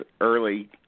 early